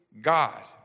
God